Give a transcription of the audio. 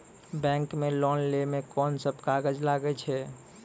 Bank मे loan लै मे कोन सब कागज लागै छै?